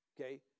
Okay